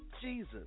Jesus